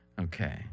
Okay